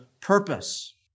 purpose